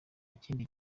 kindi